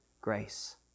grace